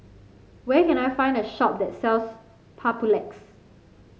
where can I find a shop that sells Papulex